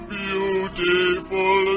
beautiful